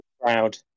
crowd